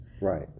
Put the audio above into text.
right